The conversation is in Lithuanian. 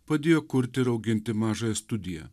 padėjo kurti ir auginti mažąją studiją